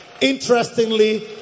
Interestingly